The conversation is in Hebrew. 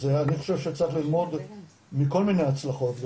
אז אני חושב שצריך ללמוד מכל מיני הצלחות,